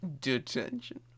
Detention